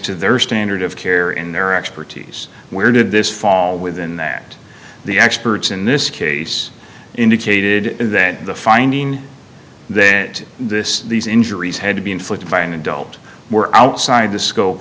to their standard of care in their expertise where did this fall within that the experts in this case indicated that the finding that this these injuries had to be inflicted by an adult were outside the scope